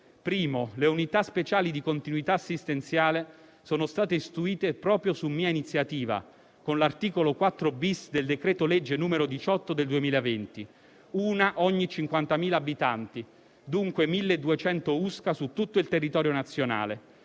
luogo, le Unità speciali di continuità assistenziale sono state istituite proprio su mia iniziativa, con l'articolo 4-*bis* del decreto-legge 17 marzo 2020, n. 18: una ogni 50.000 abitanti, per un totale di 1.200 USCA su tutto il territorio nazionale.